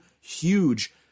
huge